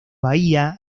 bahía